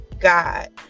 God